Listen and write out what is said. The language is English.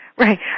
Right